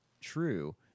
true